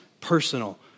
personal